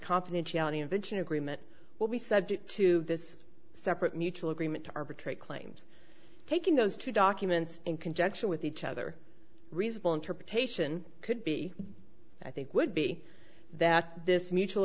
confidentiality invention agreement will be subject to this separate mutual agreement to arbitrate claims taking those two documents in conjunction with each other reasonable interpretation could be i think would be that this mutual